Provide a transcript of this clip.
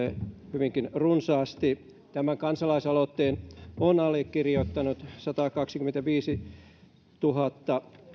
hyvinkin runsaasti tämän kansalaisaloitteen on allekirjoittanut satakaksikymmentäviisituhatta